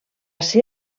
ser